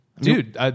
dude